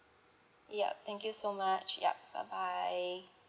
ya thank you so much ya bye bye